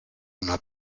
una